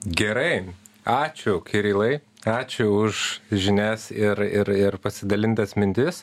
gerai ačiū kirilai ačiū už žinias ir ir ir pasidalintas mintis